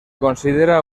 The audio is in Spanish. considera